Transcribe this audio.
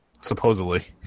Supposedly